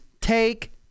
take